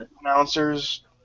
announcers